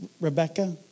Rebecca